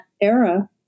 era